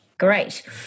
Great